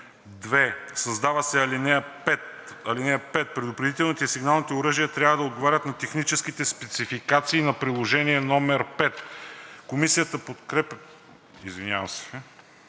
Създава се ал. 5: „(5) Предупредителните и сигналните оръжия трябва да отговарят на техническите спецификации по Приложение № 5.“ Комисията подкрепя по принцип